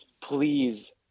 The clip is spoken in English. please